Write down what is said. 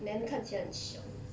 then 看起来很凶